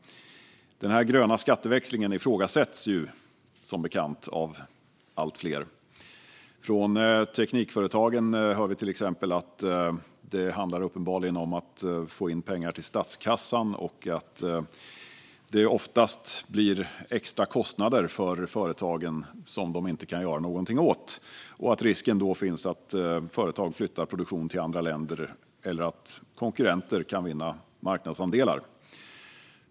Denna gröna skatteväxling ifrågasätts som bekant av allt fler. Från Teknikföretagen hör vi till exempel att det uppenbarligen handlar om att få in pengar till statskassan och att det oftast blir extra kostnader för företagen som de inte kan göra någonting åt. Risken finns då att företag flyttar produktionen till andra länder eller att konkurrenter kan vinna marknadsandelar.